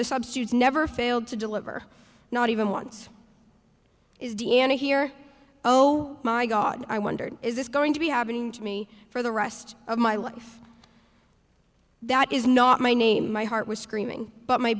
the substitutes never failed to deliver not even once is d n a here oh my god i wondered is this going to be happening to me for the rest of my life that is not my name my heart was screaming but my